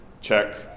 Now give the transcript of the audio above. check